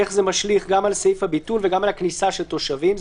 איך זה משליך גם על סעיף הביטול וגם על הכניסה של תושבים.